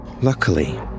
Luckily